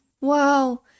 Wow